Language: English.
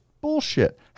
bullshit